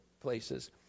places